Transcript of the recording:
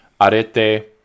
arete